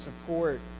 support